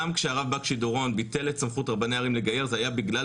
זה הבדל